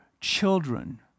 children